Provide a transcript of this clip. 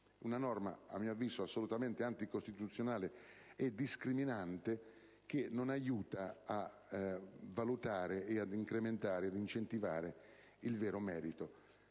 una norma, a mio avviso, assolutamente anticostituzionale e discriminante, che non aiuta a valutare ed incentivare il vero merito.